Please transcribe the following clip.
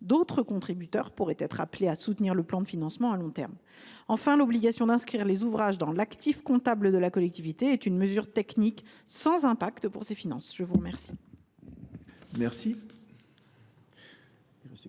d’autres contributeurs pourraient être appelés à soutenir leur financement à long terme. Enfin, l’obligation d’inscrire les ouvrages dans l’actif comptable de la collectivité est une mesure technique sans effets sur ses finances. La parole